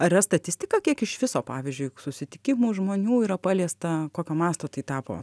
ar yra statistika kiek iš viso pavyzdžiui susitikimų žmonių yra paliesta kokio masto tai tapo